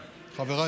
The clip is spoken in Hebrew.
איתי?